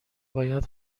باید